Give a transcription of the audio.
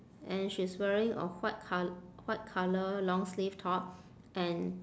and she's wearing a white col~ white colour long sleeve top and